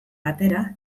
batera